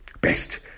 best